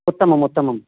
उत्तमम् उत्तमम्